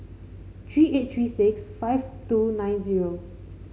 three eight three six five two nine zero